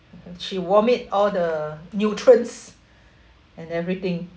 she vomit all the nutrients and everything